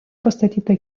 pastatyta